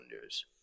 news